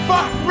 Fuck